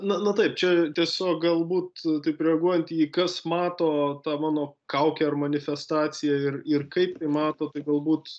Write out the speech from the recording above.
na na taip čia tiesa galbūt taip reaguojant į kas mato tą mano kaukę ar manifestaciją ir ir kaip mato tai galbūt